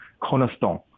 cornerstone